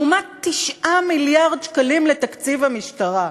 לעומת 9 מיליארד שקלים לתקציב המשטרה.